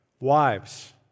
Wives